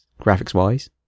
graphics-wise